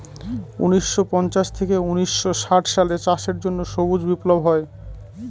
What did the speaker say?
উনিশশো পঞ্চাশ থেকে উনিশশো ষাট সালে চাষের জন্য সবুজ বিপ্লব হয়